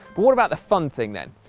but what about the fun thing, then?